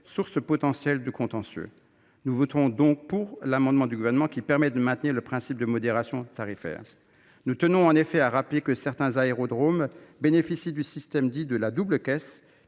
source potentielle de contentieux, nous rend perplexes. Nous voterons donc pour l’amendement du Gouvernement, qui tend à maintenir le principe de modération tarifaire. Nous tenons en effet à rappeler que certains aérodromes bénéficient du système dit de la double caisse,